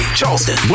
Charleston